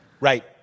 Right